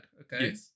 okay